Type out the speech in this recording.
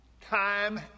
time